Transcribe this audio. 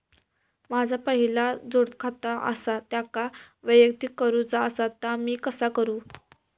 माझा पहिला जोडखाता आसा त्याका वैयक्तिक करूचा असा ता मी कसा करू?